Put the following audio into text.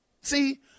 See